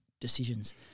decisions